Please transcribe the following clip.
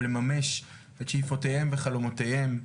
ולממש את שאיפותיהם וחלומותיהם.